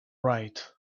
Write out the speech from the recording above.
right